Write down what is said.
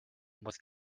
muss